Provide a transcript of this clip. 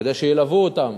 כדי שילוו אותם.